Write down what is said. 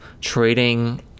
trading –